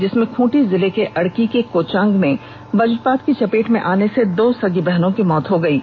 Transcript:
जिसमें खूंटी जिले के अड़की के कोचांग में वजपात की चपेट में आने से दो सगी बहनों की मौत हो गयी है